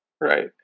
Right